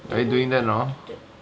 are you doing that now